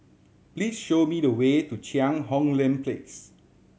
please show me the way to Cheang Hong Lim Place